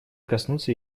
коснуться